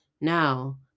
Now